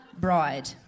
bride